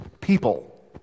people